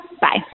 Bye